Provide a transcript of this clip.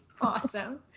Awesome